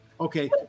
okay